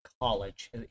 college